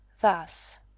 thus